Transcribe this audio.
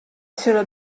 sille